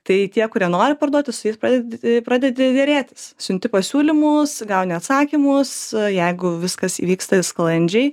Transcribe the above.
tai tie kurie nori parduoti su jais pradedi pradedi derėtis siunti pasiūlymus gauni atsakymus jeigu viskas įvyksta sklandžiai